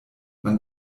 man